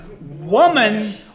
Woman